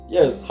Yes